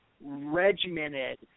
regimented